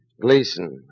Gleason